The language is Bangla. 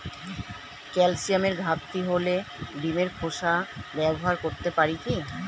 ক্যালসিয়ামের ঘাটতি হলে ডিমের খোসা ব্যবহার করতে পারি কি?